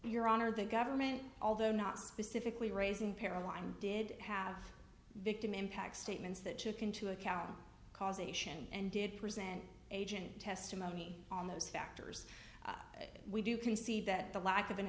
your honor the government although not specifically raising para line did have victim impact statements that you can to account causation and did present agent testimony on those factors we do can see that the lack of an